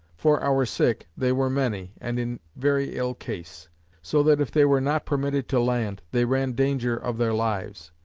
for our sick, they were many, and in very ill case so that if they were not permitted to land, they ran danger of their lives.